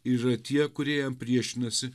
yra tie kurie jam priešinasi